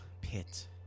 pit